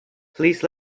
please